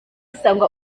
sangwa